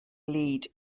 lead